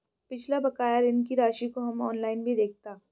पिछला बकाया ऋण की राशि को हम ऑनलाइन भी देखता